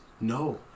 No